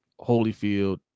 Holyfield